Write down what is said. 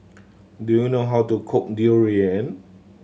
do you know how to cook durian